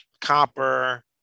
copper